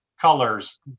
colors